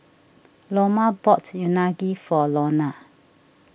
Loma bought Unagi for Lona